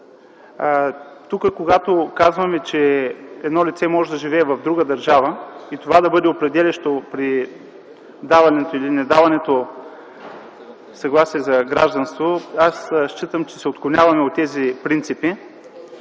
Тук, когато казваме, че едно лице може да живее в друга държава и това да бъде определящо при даването или не даването съгласие за гражданство, аз считам, че се отклоняваме от тези принципи.